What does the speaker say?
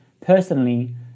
personally